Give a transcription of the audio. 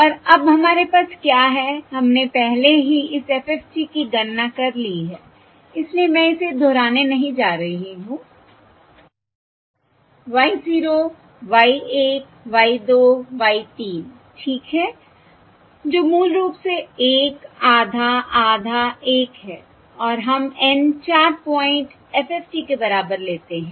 और अब हमारे पास क्या है हमने पहले ही इस FFT की गणना कर ली है इसलिए मैं इसे दोहराने नहीं जा रही हूं y 0 y 1 y 2 y 3 ठीक है जो मूल रूप से 1 आधा आधा 1 हैं और हम N 4 पॉइंट FFT के बराबर लेते हैं